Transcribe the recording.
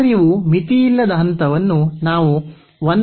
ಕಾರ್ಯವು ಮಿತಿಯಿಲ್ಲದ ಹಂತವನ್ನು ನಾವು ನಿಂದ ಬದಲಾಯಿಸಿದ್ದೇವೆ